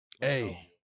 Hey